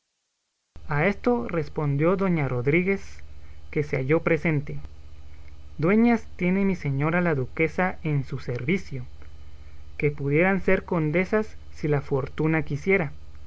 a esto respondió doña rodríguez que se halló presente dueñas tiene mi señora la duquesa en su servicio que pudieran ser condesas si la fortuna quisiera